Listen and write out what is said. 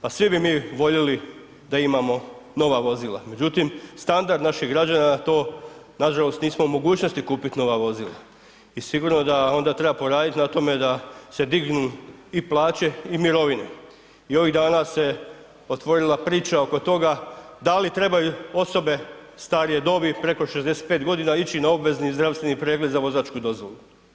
Pa svi bi mi voljeli da imamo nova vozila, međutim standard naših građana to nažalost nismo u mogućnosti kupiti nova vozila i sigurno da onda treba poraditi na tome da se dignu i plaće i mirovine i ovih dana se otvorila priča oko toga da li trebaju osobe starije dobi preko 65 godina ići na obvezni zdravstveni pregled za vozačku dozvolu.